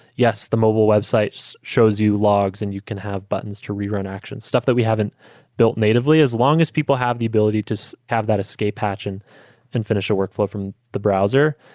yes, the mobile websites shows you logs and you can have buttons to rerun action, stuff that we haven't built natively as long as people have the ability to so have that escape patch and and finish a workflow from the browser,